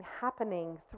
happening